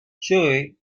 joe